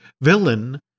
villain